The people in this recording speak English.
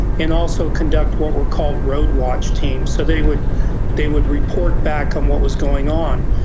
and also conduct what were called roadwatch teams, so they would they would report back on what was going on.